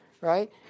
right